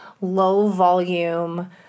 low-volume